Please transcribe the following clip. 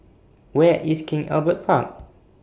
Where IS King Albert Park